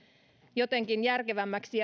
jotenkin järkevämmäksi